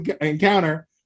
encounter